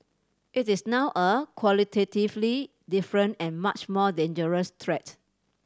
it is now a qualitatively different and much more dangerous threat